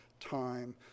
time